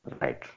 Right